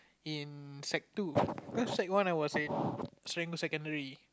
in sec two cause sec one I was in Serangoon Secondary